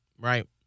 right